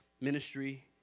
ministry